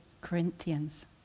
Corinthians